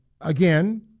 again